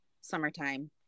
summertime